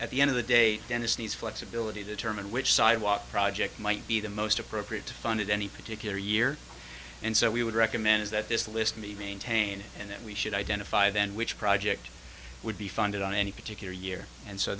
at the end of the day dennis needs flexibility the term in which sidewalk project might be the most appropriate to fund at any particular year and so we would recommend is that this list meet maintained and then we should identify then which project would be funded on any particular year and so